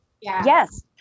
Yes